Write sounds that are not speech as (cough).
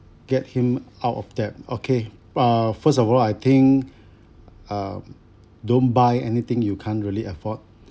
get him out of debt okay uh first of all I think (breath) um don't buy anything you can't really afford